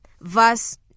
verse